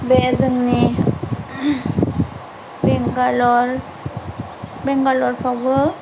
बे जोंनि बेंगालर बेंगालरफ्रावबो